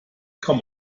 kaum